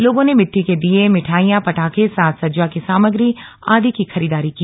लोगों ने मिट्टी के दिये मिठाइयां पटाखे साज सज्जा की सामग्री आदि की खरीदारी की